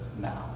now